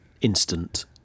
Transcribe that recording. instant